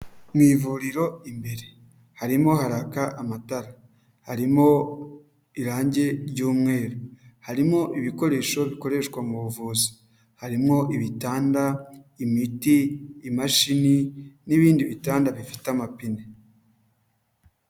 Mu ivuriro imbere harimo haraka amatara, harimo irangi ry'umweru, harimo ibikoresho bikoreshwa mu buvuzi, harimo ibitanda, imiti, imashini n'ibindi bitanda bifite amapine.